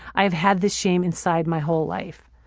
i have had this shame inside my whole life.